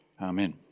Amen